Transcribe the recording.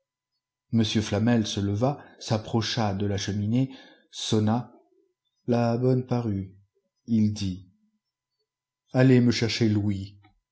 m flamel se leva s'approcha de la cheminée sonna la bonne parut ii dit allez me chercher louis